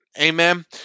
Amen